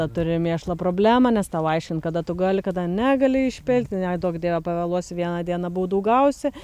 tada turi mėšlo problemą nes tau aiškin kada tu gali kada negali išpilti neduok dieve pavėluosi vieną dieną baudų gausi